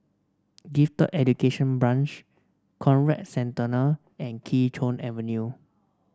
Gifted Education Branch Conrad Centennial and Kee Choe Avenue